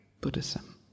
Buddhism